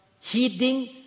heeding